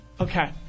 Okay